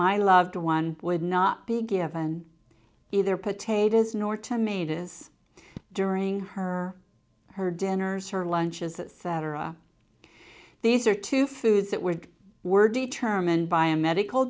my loved one would not be given either potatoes nor to maida's during her her dinners her lunches that cetera these are two foods that were were determined by a medical